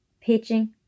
pitching